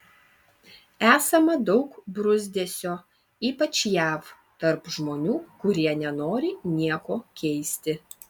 esama daug bruzdesio ypač jav tarp žmonių kurie nenori nieko keisti